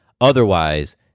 Otherwise